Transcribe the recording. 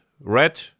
red